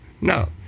No